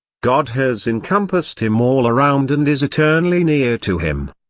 god has encompassed him all around and is eternally near to him.